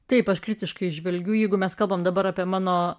taip aš kritiškai žvelgiu jeigu mes kalbam dabar apie mano